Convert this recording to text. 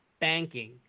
banking